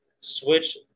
switch